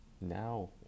now